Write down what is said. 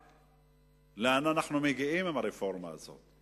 לאן אנחנו מגיעים עם הרפורמה הזאת.